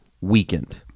weakened